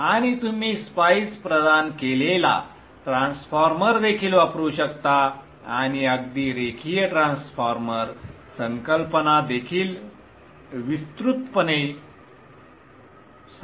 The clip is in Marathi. आणि तुम्ही स्पाइस प्रदान केलेला ट्रान्सफॉर्मर देखील वापरू शकता आणि अगदी रेखीय ट्रान्सफॉर्मर संकल्पना देखील विस्तृतपणे सांगू शकता